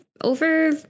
Over